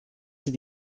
sie